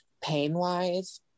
Pain-wise